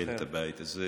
שינהל את הבית הזה